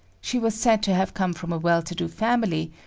she was said to have come from a well-to-do family,